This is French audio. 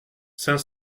cinq